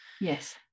Yes